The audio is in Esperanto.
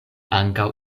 ankaŭ